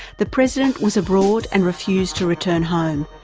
the president was abroad and refused to return home,